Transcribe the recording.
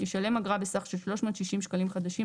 ישלם אגרה בסך של 360 שקלים חדשים,